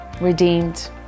Redeemed